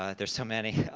ah there's so many,